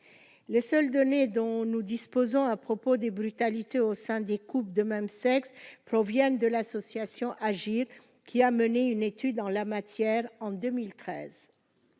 les seules données dont nous disposons à propos des brutalités au sein des couples de même sexe proviennent de l'association Agir qui a mené une étude en la matière, en 2013,